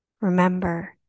Remember